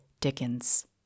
Dickens